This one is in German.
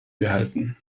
behalten